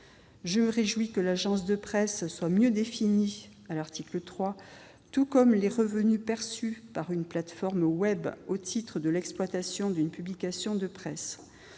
en revanche que l'agence de presse soit mieux définie- c'est l'objet de l'article 3 -, tout comme les revenus perçus par une plateforme du web au titre de l'exploitation d'une publication de presse.